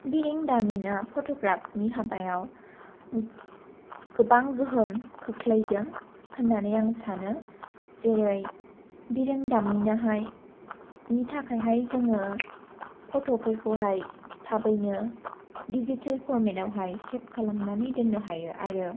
बिरोंदामिना फट'ग्राफनि हाबायाव गोबां गोहोम खोख्लैदों होननानै आं सानो जेरै बिरोंदामिनाहायनि थाखायहाय जोङो फट'फोरखौहाय थाबैनो दिजिटेल फरमेटावहाय सेभ खालामनानै दोननो हायो आरो